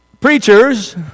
Preachers